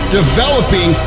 developing